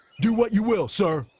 do what you will sir,